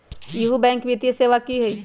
इहु बैंक वित्तीय सेवा की होई?